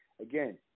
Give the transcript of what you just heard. again